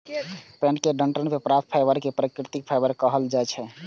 पेड़क डंठल सं प्राप्त फाइबर कें प्राकृतिक फाइबर कहल जाइ छै